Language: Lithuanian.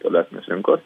tolesnės rinkos